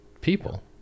People